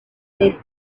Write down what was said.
with